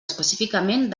específicament